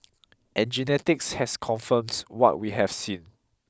and genetics has confirmed what we have seen